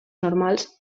normals